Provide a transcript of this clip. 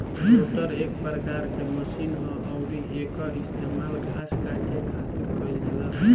rotor एक प्रकार के मशीन ह अउरी एकर इस्तेमाल घास काटे खातिर कईल जाला